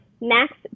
Next